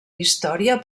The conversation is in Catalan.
història